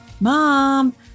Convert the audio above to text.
mom